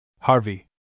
Harvey